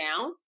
down